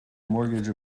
mortgage